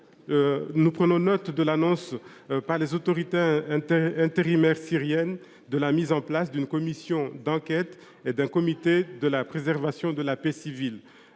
Nous prenons note de l’annonce par les autorités intérimaires syriennes de la mise en place d’une commission d’enquête et d’un comité de la préservation de la paix civile.